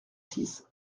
six